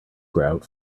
grout